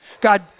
God